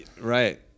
Right